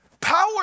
Power